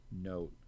note